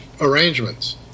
Arrangements